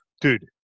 dude